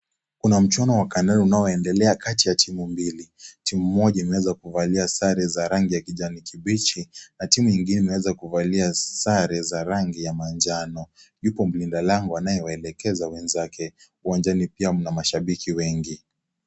Kuna mchuano wa kandanda unaoendelea kati ya timu mbili, timu moja imeeza kuvalia sare za rangi ya kijani kibichi na timu ingine imeweza kuvalia sare za rangi ya manjano. Yupo mlinda lango anayewaelekeza wenzake, uwanjani pia mna mashabiki wengi.